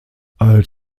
als